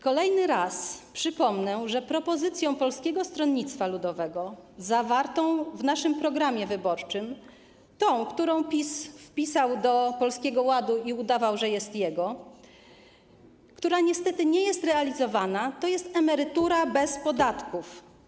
Kolejny raz przypomnę, że propozycją Polskiego Stronnictwa Ludowego zawartą w naszym programie wyborczym, tą, którą PiS wpisał do Polskiego Ładu i w przypadku której udawał, że jest jego, tą, która niestety nie jest realizowana, jest emerytura bez podatku.